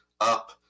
up